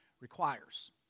requires